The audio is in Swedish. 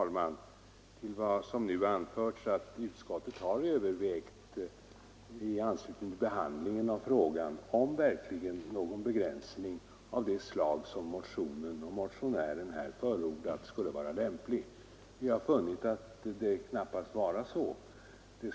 Herr talman! Jag vill bara säga med anledning av vad som nu anförts att utskottet har övervägt om någon begränsning av det slag som förordas i motionen verkligen skulle vara lämplig och funnit att så knappast kan vara fallet.